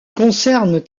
concernent